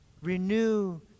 renew